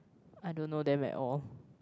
I don't know them at all